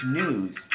news